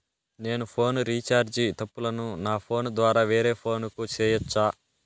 నేను phone recharge తప్పులను నా ఫోను ద్వారా వేరే ఫోను కు సేయొచ్చా?